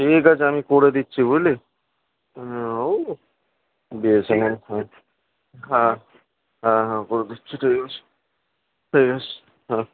ঠিক আছে আমি করে দিচ্ছি বুঝলি ও বেশি না হ্যাঁ হ্যাঁ হ্যাঁ হ্যাঁ করে দিচ্ছি ঠিক আছে ঠিক আছে হ্যাঁ